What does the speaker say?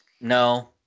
No